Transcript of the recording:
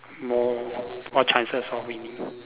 more more chances probably